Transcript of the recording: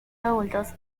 adultos